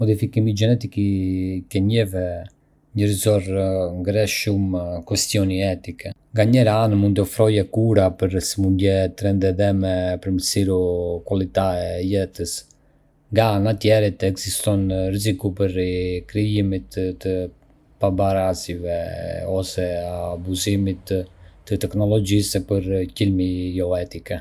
Modifikimi gjenetik i qenieve njerëzore ngre shumë çështje etike. Nga njëra anë, mund të ofrojë kura për sëmundje të rënda edhe me përmirësu qualità e jetës. Nga ana tjetër, ekziston rreziku i krijimit të pabarazive ose abuzimit të teknologjisë për qëllime jo etike.